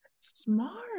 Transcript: Smart